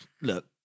look